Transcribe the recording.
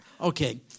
Okay